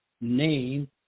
name